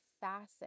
facet